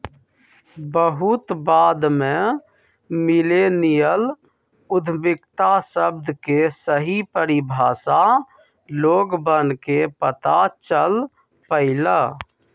बहुत बाद में मिल्लेनियल उद्यमिता शब्द के सही परिभाषा लोगवन के पता चल पईलय